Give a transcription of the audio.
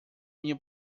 minha